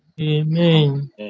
Amen